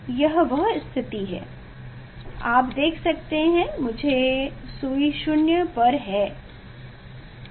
यह वह स्थिति है आप देख सकते हैं सुई 0 स्थिति पर हैठीक